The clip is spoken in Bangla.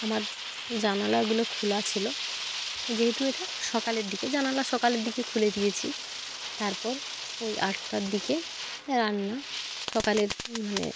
আমার জানালাগুলো খোলা ছিলো যেহেতু এটা সকালের দিকে জানালা সকালের দিকে খুলে দিয়েছি তারপর ওই আটটার দিকে রান্না সকালের মানে